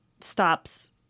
stops